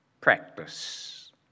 practice